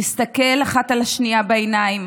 להסתכל אחת לשנייה בעיניים